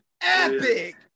epic